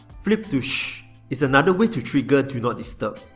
flip to shhh is another way to trigger do not disturb.